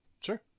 Sure